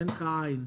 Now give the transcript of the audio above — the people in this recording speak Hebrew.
אין לך עין.